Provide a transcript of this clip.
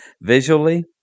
Visually